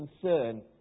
concern